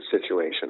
situation